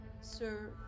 sir